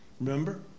Remember